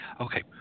okay